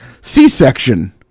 C-section